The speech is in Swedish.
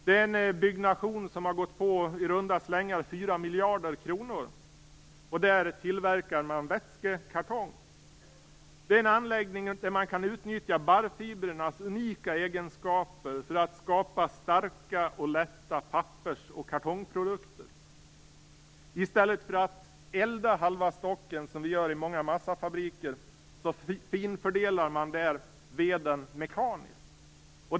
Det är en byggnation som har gått på i runda slängar fyra miljarder kronor. Där tillverkar man vätskekartong. Det är en anläggning där man kan utnyttja barrfibrernas unika egenskaper för att skapa starka och lätta pappers och kartongprodukter. I stället för att elda halva stocken, som vi gör i många massafabriker, finfördelar man där veden mekaniskt.